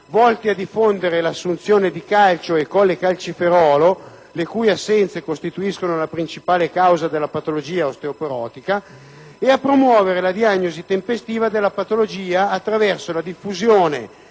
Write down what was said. volti a diffondere l'assunzione di calcio e colecalciferolo (la cui assenza costituisce la principale causa della patologia osteoporotica) e a promuovere la diagnosi tempestiva della patologia attraverso la diffusione